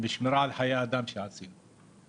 ושמירה על חיי אדם, שעשינו.